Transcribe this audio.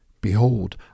Behold